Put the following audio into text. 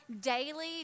daily